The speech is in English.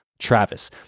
Travis